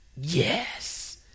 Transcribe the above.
Yes